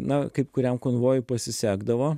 na kaip kuriam konvojui pasisekdavo